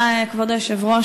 כבוד היושב-ראש,